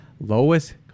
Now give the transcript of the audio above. Lowest